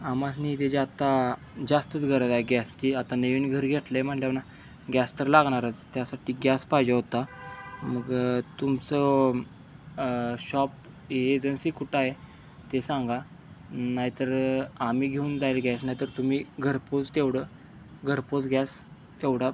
आम्हास्नी त्याची आत्ता जास्तच गरज आहे गॅसची आता नवीन घर घेतलं आहे म्हणल्यावर ना गॅस तर लागणारच त्यासाठी गॅस पाहिजे होता मग तुमचं शॉप एजन्सी कुठे आहे ते सांगा नाहीतर आम्ही घेऊन जाईल गॅस नाहीतर तुम्ही घरपोहोच तेवढं घरपोहोच गॅस तेवढा